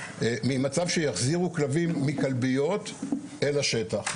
ממצב שיחזירו כלבים מכלביות אל השטח.